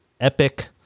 epic